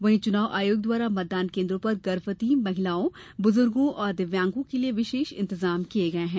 वहीं चुनाव आयोग द्वारा मतदान केन्द्रों पर गर्भवती महिलाओं बुजुर्गो और दिव्यांगों के लिए विशेष इंतजाम किये गये हैं